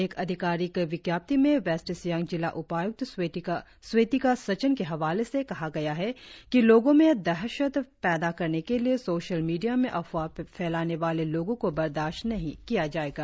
एक अधिकारिक विज्ञप्ति में वेस्ट सियांग जिला उपाय्क्त स्वेतिका सचन के हवाले से कहा गया है कि लोगों में दहशत पैदा करने के लिए सोशल मीडिया में अफवाह फैलाने वाले लोगों को बर्दाश्त नहीं किया जाएगा